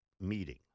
meeting